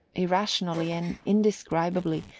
irrationally and indescribably,